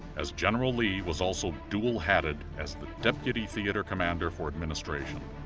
as general lee was also dual-hatted as the deputy theater commander for administration.